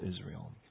Israel